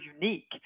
unique